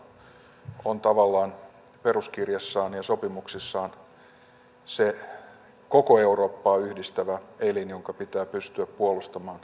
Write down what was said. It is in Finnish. euroopan neuvosto on tavallaan peruskirjassaan ja sopimuksissaan se koko eurooppaa yhdistävä elin jonka pitää pystyä puolustamaan kansalaisoikeuksia